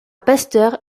pasteur